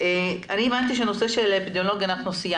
אני מבינה שאת הנושא של האפידמיולוג סיימנו.